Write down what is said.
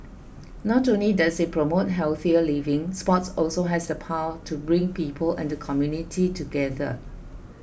not only does it promote healthier living sports also has the power to bring people and the community together